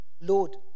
Lord